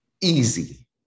easy